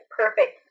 perfect